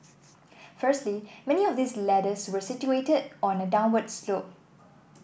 firstly many of these ladders were situated on a downward slope